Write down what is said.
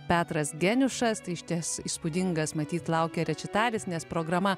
petras geniušas tai išties įspūdingas matyt laukia rečitalis nes programa